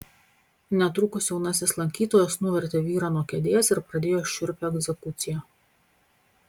netrukus jaunasis lankytojas nuvertė vyrą nuo kėdės ir pradėjo šiurpią egzekuciją